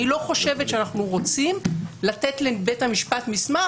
אני לא חושבת שאנחנו רוצים לתת לבית המשפט מסמך